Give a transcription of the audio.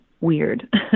weird